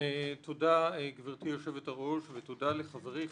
תודה גבירתי יושבת הראש ותודה לחברי,